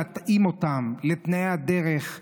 להתאים אותם לתנאי הדרך,